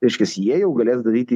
reiškias jie jau galės daryti